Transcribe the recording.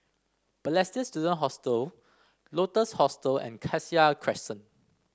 Balestier Student Hostel Lotus Hostel and Cassia Crescent